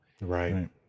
Right